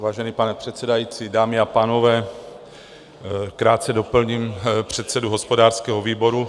Vážený pane předsedající, dámy pánové, krátce doplním předsedu hospodářského výboru.